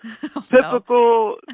Typical